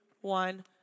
one